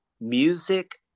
music